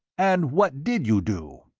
and what did you do?